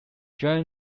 during